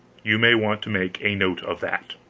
you may want to make a note of that.